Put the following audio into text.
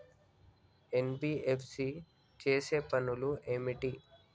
NBFC చేసే పనులు ఏమిటి?